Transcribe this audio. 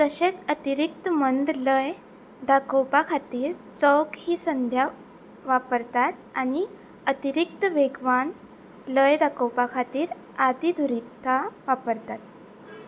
तशेंच अतिरिक्त मंद लय दाखोवपा खातीर चौक ही संद्या वापरतात आनी अतिरिक्त वेगवान लय दाखोवपा खातीर आदी धुरितां वापरतात